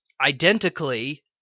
identically